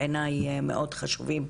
בעיניי מאוד חשובים.